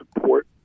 support